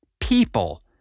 people